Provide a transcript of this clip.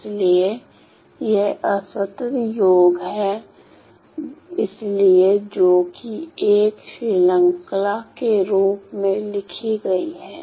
इसलिए यह असतत योग है इसलिए जो कि एक श्रृंखला के रूप में लिखी गई है